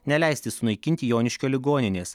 neleisti sunaikinti joniškio ligoninės